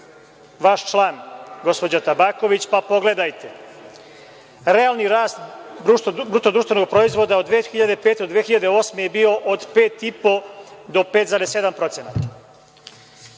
vaš član, gospođa Tabaković, pa pogledajte. Realni rast bruto društvenog proizvoda od 2005. do 2008. godine je bio od 5,5% do 5,7%.